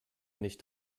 nicht